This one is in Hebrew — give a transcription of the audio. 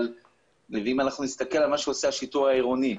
אבל אם אנחנו נסתכל על מה שעושה השוטר העירוני,